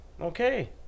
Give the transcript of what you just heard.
okay